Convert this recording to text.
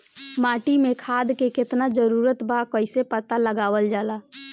माटी मे खाद के कितना जरूरत बा कइसे पता लगावल जाला?